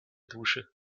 dusche